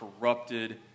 corrupted